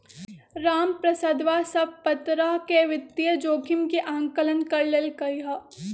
रामप्रसादवा सब प्तरह के वित्तीय जोखिम के आंकलन कर लेल कई है